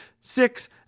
Six